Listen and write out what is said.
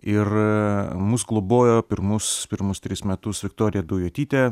ir mus globojo pirmus pirmus tris metus viktorija daujotytė